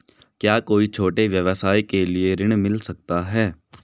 क्या कोई छोटे व्यवसाय के लिए ऋण मिल सकता है?